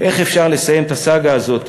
איך אפשר לסיים את הסאגה הזאת